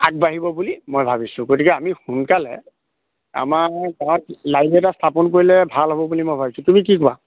আগবাঢ়িব বুলি মই ভাবিছোঁ গতিকে আমি সোনকালে আমাৰ তাত লাইব্ৰেৰী এটা স্থাপন কৰিলে ভাল হ'ব বুলি মই ভাবিছোঁ তুমি কি কোৱা